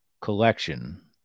collection